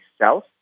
South